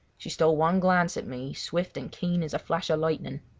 she stole one glance at me swift and keen as a flash of lightning.